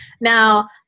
Now